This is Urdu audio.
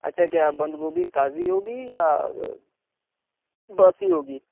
اچھا کیا بند گوبھی تازی ہوگی یا باسی ہوگی